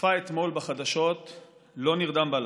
שצפה אתמול בחדשות לא נרדם בלילה.